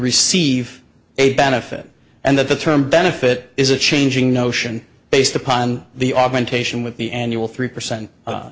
receive a benefit and that the term benefit is a changing notion based upon the augmentation with the annual three percent